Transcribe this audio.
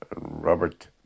Robert